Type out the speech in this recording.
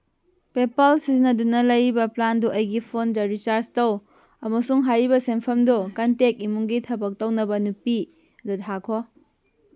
ꯄꯦꯄꯥꯜ ꯁꯤꯖꯤꯟꯅꯗꯨꯅ ꯂꯩꯔꯤꯕ ꯄ꯭ꯂꯥꯟꯗꯨ ꯑꯩꯒꯤ ꯐꯣꯟꯗ ꯔꯤꯆꯥꯔ꯭ꯖ ꯇꯧ ꯑꯃꯁꯨꯡ ꯍꯥꯏꯔꯤꯕ ꯁꯦꯟꯐꯝꯗꯣ ꯀꯟꯇꯦꯛ ꯏꯃꯨꯡꯒꯤ ꯊꯕꯛ ꯇꯧꯅꯕ ꯅꯨꯄꯤ ꯗꯨ ꯊꯥꯈꯣ